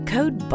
Code